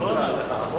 שלא כהלכה,